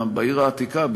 בעיר העתיקה,